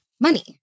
money